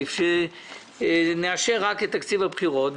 מעדיף שנאשר רק את תקציב הבחירות,